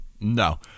No